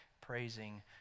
praising